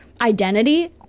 identity